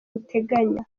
uteganya